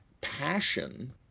passion